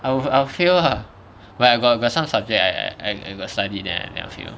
I will I'll fail lah but I got got some subject I I I got study then I cannot fail